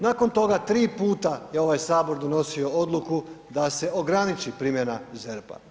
Nakon toga 3 puta je ovaj Sabor donosio odluku da se ograniči primjena ZERP-a.